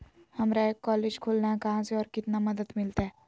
हमरा एक कॉलेज खोलना है, कहा से और कितना मदद मिलतैय?